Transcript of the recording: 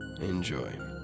Enjoy